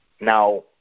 Now